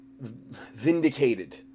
vindicated